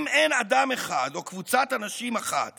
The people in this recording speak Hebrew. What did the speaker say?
אם אין אדם אחד או קבוצת אנשים אחת